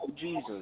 Jesus